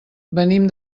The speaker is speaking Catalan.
venim